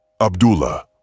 Abdullah